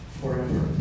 forever